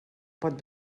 pot